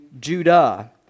Judah